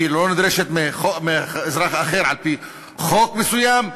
והיא לא נדרשת מאזרח אחר על-פי חוק מסוים.